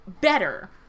better